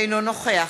אינו נוכח